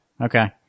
okay